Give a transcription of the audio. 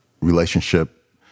relationship